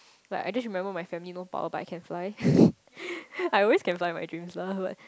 but I just she remember my family no power but I can fly I always can fly in my dreams lah but